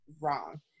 wrong